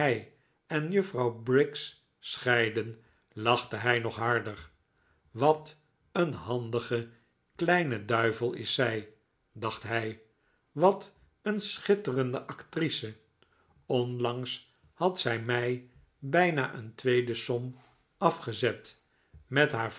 en juffrouw briggs scheidden lachte hij nog harder wat een handige kleine duivel is zij dacht hij wat een schitterende actrice onlangs had zij mij bijna een tweede som afgezet met haar